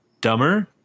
dumber